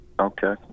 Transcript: okay